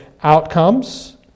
outcomes